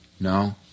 No